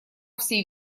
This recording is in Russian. всей